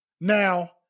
Now